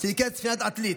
שנקראת ספינת עתלית.